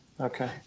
Okay